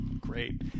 Great